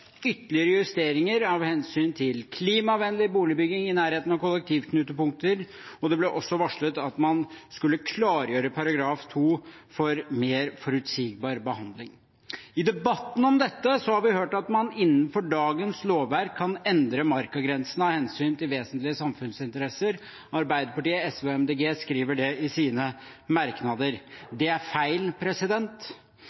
ytterligere justeringer av hensyn til klimavennlig boligbygging i nærheten av kollektivknutepunkter, og det ble også varslet at man skulle klargjøre § 2 for mer forutsigbar behandling. I debatten om dette har vi hørt at man innenfor dagens lovverk kan endre markagrensen av hensyn til vesentlige samfunnsinteresser. Arbeiderpartiet, SV om MDG skriver det i sine merknader.